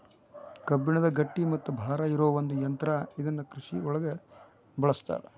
ಕಬ್ಬಣದ ಗಟ್ಟಿ ಮತ್ತ ಭಾರ ಇರು ಒಂದ ಯಂತ್ರಾ ಇದನ್ನ ಕೃಷಿ ಒಳಗು ಬಳಸ್ತಾರ